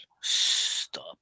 Stop